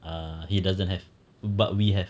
uh he doesn't have but we have